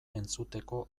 entzuteko